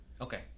Okay